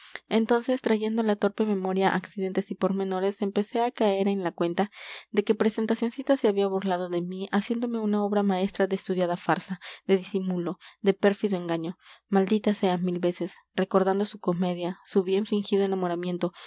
entonces trayendo a la torpe memoria accidentes y pormenores empecé a caer en la cuenta de que presentacioncita se había burlado de mí haciéndome una obra maestra de estudiada farsa de disimulo de pérfido engaño maldita sea mil veces recordando su comedia su bien fingido enamoramiento